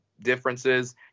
differences